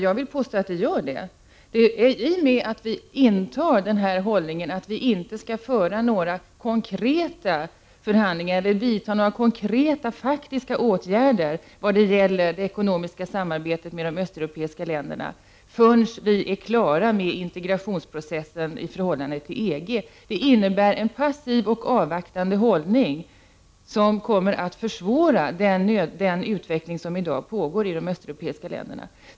Jag vill påstå att det finns en motsättning i och med att vi intar hållningen att vi inte kan föra några konkreta förhandlingar eller vidta några faktiska åtgärder när det gäller det ekonomiska samarbetet med de östeuropeiska länderna förrän vi är klara med integrationsprocessen i förhållande till EG. Det är en passiv och avvaktande hållning, som kommer att försvåra den utveckling som i dag pågår i de östeuropeiska länderna.